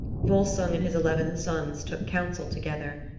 volsung and his eleven sons took counsel together.